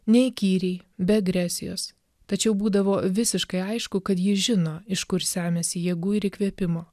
neįkyriai be agresijos tačiau būdavo visiškai aišku kad ji žino iš kur semiasi jėgų ir įkvėpimo